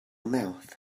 mouth